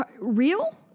real